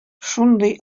шундый